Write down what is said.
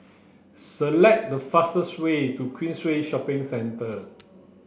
select the fastest way to Queensway Shopping Centre